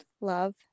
love